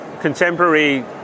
contemporary